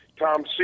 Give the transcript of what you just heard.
Tom